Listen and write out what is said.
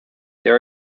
there